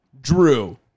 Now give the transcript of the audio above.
Drew